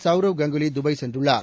Sourav Ganguly Dubai சென்றுள்ளார்